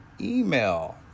email